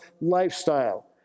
lifestyle